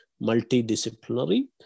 multidisciplinary